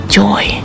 joy